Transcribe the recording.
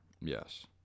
Yes